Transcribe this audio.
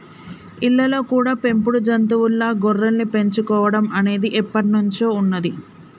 ఇళ్ళల్లో కూడా పెంపుడు జంతువుల్లా గొర్రెల్ని పెంచుకోడం అనేది ఎప్పట్నుంచో ఉన్నది